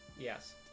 Yes